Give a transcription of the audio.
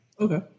Okay